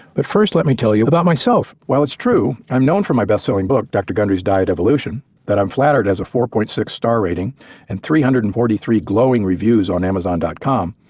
but first let me tell you about myself. while it's true i'm known for my bestselling book dr. gundry's diet evolution that i'm flattered has a four point six star rating and three hundred and forty three glowing reviews on amazon com,